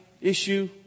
issue